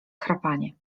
chrapanie